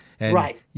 Right